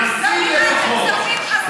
מנסים לפחות,